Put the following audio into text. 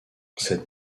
cette